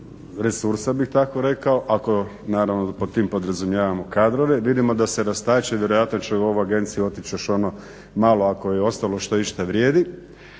resursa bi tako rekao, ako naravno pod tim podrazumijevamo kadrove. Vidimo da se rastače, vjerojatno će ova agencija otići još ono malo ako je ostalo što išta vrijedi.